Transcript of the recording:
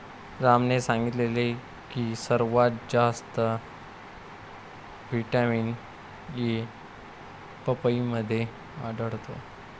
रामने सांगितले की सर्वात जास्त व्हिटॅमिन ए पपईमध्ये आढळतो